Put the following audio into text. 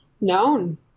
known